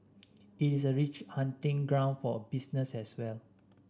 it is a rich hunting ground for business as well